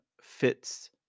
fits